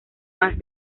más